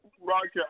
Roger